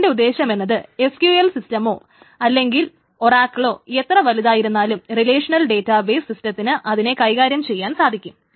അതിന്റെ ഉദ്ദേശ്യമെന്നത് SQL സിസ്റ്റമോ അല്ലെങ്കിൽ ഒറാക്കിളോ എത്ര വലുതായിരുന്നാലും റിലേഷണൽ ഡേറ്റാബേസ് സിസ്റ്റത്തിന് അതിനെ കൈകാര്യം ചെയ്യാൻ സാധിക്കും